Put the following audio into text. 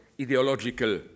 ideological